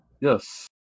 Yes